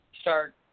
start